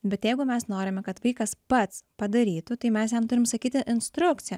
bet jeigu mes norime kad vaikas pats padarytų tai mes jam turim sakyti instrukciją